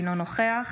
אינו נוכח